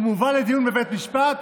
הוא מובל לדיון בבית משפט,